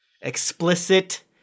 explicit